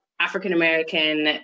African-American